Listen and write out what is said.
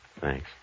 Thanks